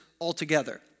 altogether